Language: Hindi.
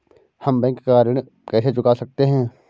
हम बैंक का ऋण कैसे चुका सकते हैं?